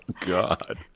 God